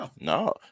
no